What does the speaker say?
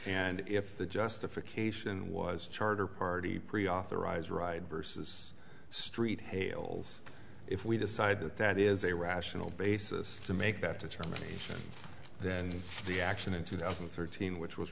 and if the justification was charter party pre authorized right versus street hales if we decide that that is a rational basis to make that determination then the action in two thousand and thirteen which was